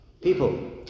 people